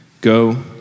Go